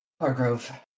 Hargrove